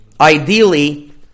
ideally